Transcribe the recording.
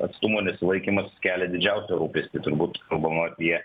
atstumo nesilaikymas kelia didžiausią rūpestį turbūt kalbama apie